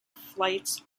flights